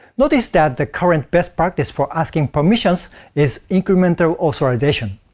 notice that the current best practice for asking permissions is incremental authorization.